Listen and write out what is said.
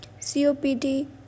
COPD